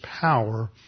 power